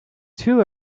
two